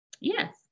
yes